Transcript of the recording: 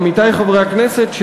עמיתי חברי הכנסת,